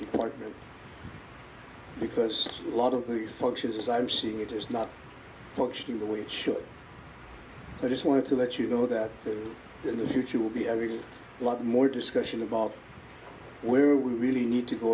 department because a lot of the functions as i'm seeing it is not functioning the way it should i just wanted to let you know that there in the future will be adding a lot more discussion about where we really need to go